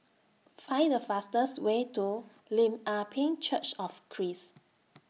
Find The fastest Way to Lim Ah Pin Church of Christ